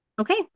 okay